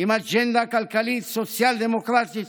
עם אג'נדה כלכלית סוציאל-דמוקרטית,